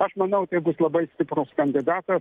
aš manau tai bus labai stiprus kandidatas